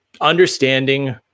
understanding